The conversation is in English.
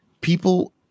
People